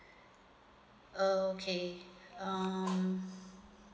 okay um